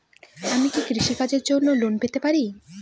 আমি কি কৃষি কাজের জন্য লোন পেতে পারি?